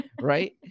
right